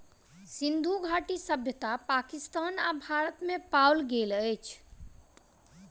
सिंधु घाटी सभ्यता पाकिस्तान आ भारत में पाओल गेल अछि